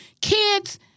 kids